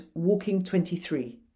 WALKING23